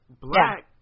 Black